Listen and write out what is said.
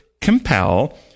compel